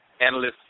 analysts